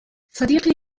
صديقي